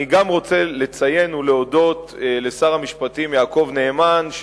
אני גם רוצה לציין ולהודות לשר המשפטים יעקב נאמן,